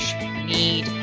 need